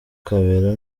kabera